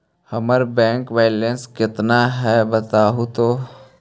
हमर bank balance केतना है बताहु तो?